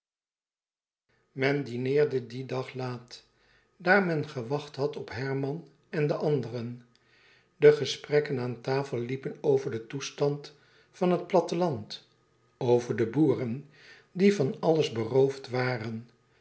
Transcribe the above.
men dineerde dien middag laat daar men gewacht had op herman en de anderen de gesprekken aan tafel liepen over den toestand van het platteland over de boeren die van alles beroofd waren